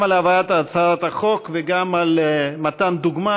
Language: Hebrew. גם על הבאת הצעת החוק וגם על מתן דוגמה